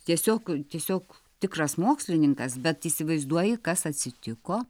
tiesiog tiesiog tikras mokslininkas bet įsivaizduoji kas atsitiko